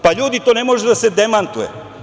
Pa ljudi, to ne može da se demantuje.